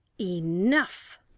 Enough